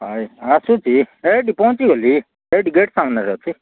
ହଇ ଆସୁଛି ହେଇଟି ପହଞ୍ଚି ଗଲି ହେଇଟି ଗେଟ୍ ସାମ୍ନାରେ ଅଛି